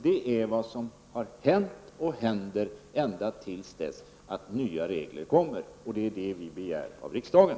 Det är vad som har hänt och kommer att hända ända till dess att nya regler kommer. Det är vad vi begär av riksdagen.